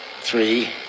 three